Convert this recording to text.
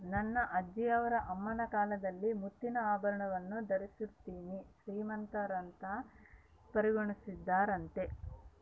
ನನ್ನ ಅಜ್ಜಿಯವರ ಅಮ್ಮನ ಕಾಲದಲ್ಲಿ ಮುತ್ತಿನ ಆಭರಣವನ್ನು ಧರಿಸಿದೋರ್ನ ಶ್ರೀಮಂತರಂತ ಪರಿಗಣಿಸುತ್ತಿದ್ದರಂತೆ